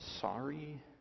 Sorry